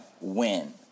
win